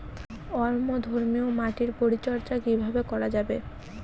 অম্লধর্মীয় মাটির পরিচর্যা কিভাবে করা যাবে?